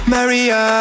Maria